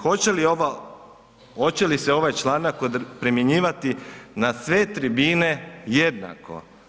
Hoće li ova, hoće li se ovaj članak primjenjivati na sve tribine jednako?